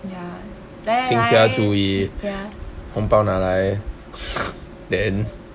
ya then like